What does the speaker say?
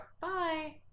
Bye